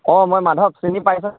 অঁ মই মাধৱ চিনি পাইছানে